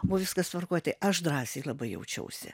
buvo viskas tvarkoj tai aš drąsiai labai jaučiausi